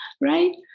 right